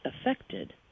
affected